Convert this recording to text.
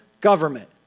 government